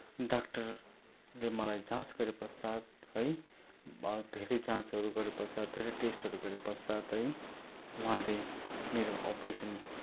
डाक्टरले मलाई जाँच गरे पश्चात है अब धेरै जाँचहरू गरे पश्चात धेरै टेस्टहरू गरे पश्चात है उहाँहरूले मेरो अप्रेसन्